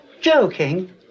Joking